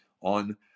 on